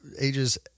ages